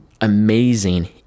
amazing